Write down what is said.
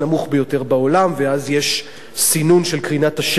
ביותר בעולם ואז יש סינון של קרינת השמש,